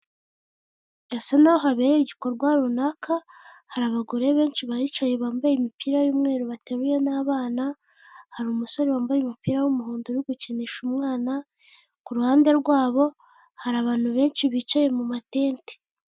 Hasa nkaho habereye igikorwa runaka, hari abagore benshi bihicaye bambaye imipira y'umweru bateruye n'abana, hari umusore wambaye umupira w'umuhondo uri gukinisha umwana, ku ruhande rwabo hari abantu benshi bicaye mu matente.